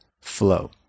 flow